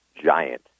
Giant